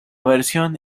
versión